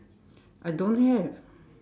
I don't have